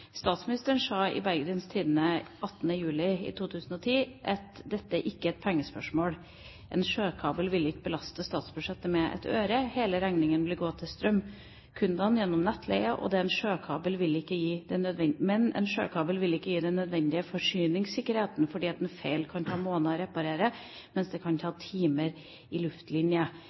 Statsministeren sa i Bergens Tidende 18. juli 2010: «Dette er ikke et pengespørsmål. En sjøkabel ville ikke belastet statsbudsjettet med ett øre. Hele regningen ville blitt tatt av strømkundene gjennom nettleien. Men en sjøkabel ville ikke gitt den nødvendige forsyningssikkerheten fordi en feil kan ta måneder å reparere, mens vi snakker om timer for linjer i